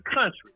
country